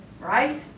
right